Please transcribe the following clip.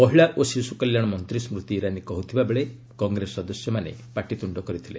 ମହିଳା ଓ ଶିଶୁକଲ୍ୟାଣ ମନ୍ତ୍ରୀ ସ୍କୁତି ଇରାନୀ କହୁଥିବାବେଳେ କଂଗ୍ରେସ ସଦସ୍ୟମାନେ ପାଟିତୁଣ୍ଡ କରିଥିଲେ